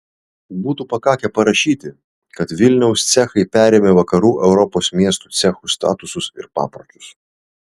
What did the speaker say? būtų pakakę parašyti kad vilniaus cechai perėmė vakarų europos miestų cechų statusus ir papročius